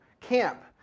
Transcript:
camp